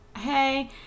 hey